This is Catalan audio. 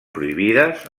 prohibides